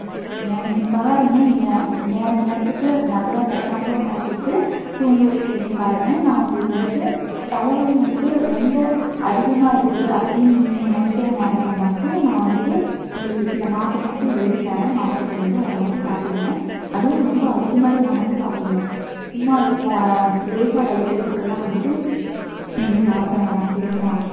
அப்படிங்களா நீங்கள் பாருங்க நீங்கள் நேர நேரத்துக்கு நல்லதாக சத்தானதாக சாப்பிட்டு தூங்கிறதுக்கு என்னென்னு பாருங்க நான் உங்களுக்கு வந்துட்டு தலை வலி வந்துட்டு ரொம்ப அதிகமாக இருக்குது அப்படின்னு நீங்கள் நினைக்கிற நேரத்தில் மட்டும் நான் வந்துட்டு உங்களுக்கு சில மாத்திரை மட்டும் எழுதி தரேன் மாத்திரை மருந்து அதை மட்டும் சாப்பிடுங்க அதுவும் ரொம்ப அதிகமாக இருந்தால் மட்டும் சாப்பிடுங்க சும்மா இல்லை லேசாக வலிக்கிறதுக்கெல்லாம் வந்துட்டு நீங்கள் சாப்பிட வேணாம் சரிங்களா